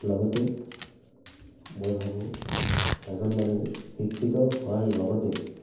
লগতে মই ভাবোঁ এজন মানুহ শিক্ষিত হোৱাৰ লগতে